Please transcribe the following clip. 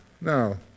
no